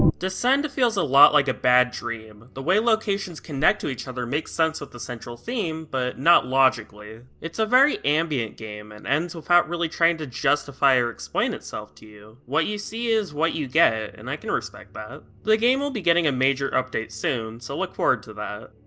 descend feels a lot like a bad dream. the way locations connect to each other makes sense with the central theme, but not logically. it's a very ambient game, and ends without really trying to justify or explain itself to you. what you see is what you get, and i can respect that. but the game will be getting a major update soon, so look forward to that.